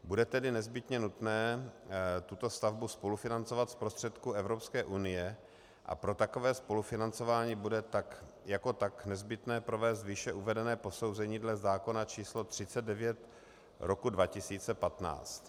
Bude tedy nezbytně nutné tuto stavbu spolufinancovat z prostředků Evropské unie a pro takové spolufinancování bude tak jako tak nezbytné provést výše uvedené posouzení dle zákona č. 39/2015.